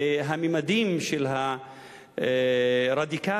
הממדים של הרדיקליות,